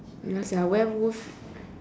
werewolf